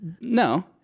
No